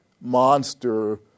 monster